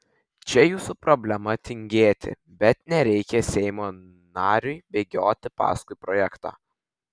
čia jūsų problema tingėti bet nereikia seimo nariui bėgioti paskui projektą